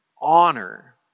honor